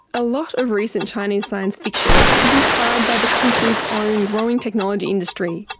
a lot of recent chinese science fiction is inspired by the country's own growing technology industry,